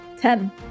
Ten